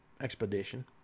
expedition